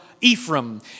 Ephraim